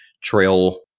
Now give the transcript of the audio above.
trail